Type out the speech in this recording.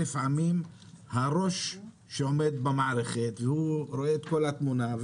זה שעומד בראש המערכת שרואה את כל התמונה,